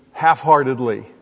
half-heartedly